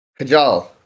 Kajal